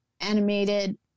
animated